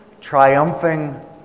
triumphing